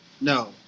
No